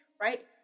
right